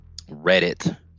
Reddit